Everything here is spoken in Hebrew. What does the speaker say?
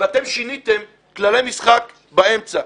ואתם שיניתם כללי משחק באמצע.